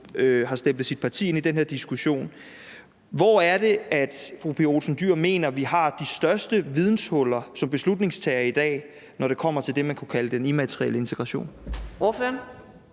jo har stemplet sit parti ind i den diskussion: Hvor er det, at fru Pia Olsen Dyhr mener at vi har de største videnshuller som beslutningstagere i dag, når det kommer til det, man kunne kalde den immaterielle integration?